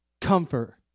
Comfort